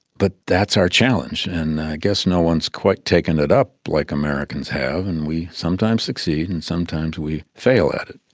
but that's our challenge, and i guess no one has quite taken it up like americans have and we sometimes succeed and sometimes we fail at it.